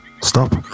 Stop